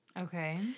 Okay